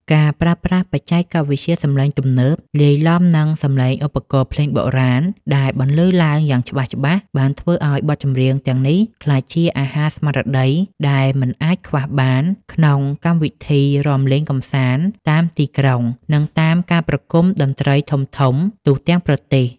ការប្រើប្រាស់បច្ចេកវិទ្យាសម្លេងទំនើបលាយឡំនឹងសម្លេងឧបករណ៍ភ្លេងបុរាណដែលបន្លឺឡើងយ៉ាងច្បាស់ៗ បានធ្វើឱ្យបទចម្រៀងទាំងនេះក្លាយជា អាហារស្មារតី ដែលមិនអាចខ្វះបានក្នុងកម្មវិធីរាំលេងកម្សាន្តតាមទីក្រុង និងតាមការប្រគំតន្ត្រីធំៗទូទាំងប្រទេស។